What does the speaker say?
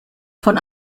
von